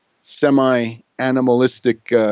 semi-animalistic